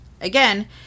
Again